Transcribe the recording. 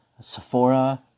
Sephora